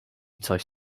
coś